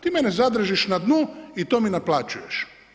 Ti mene zadržiš na dnu i to mi naplaćuješ.